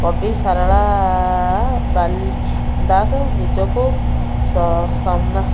କବି ସାରଳା ବାଲ୍ ଦାସ ନିଜକୁ